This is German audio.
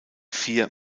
vier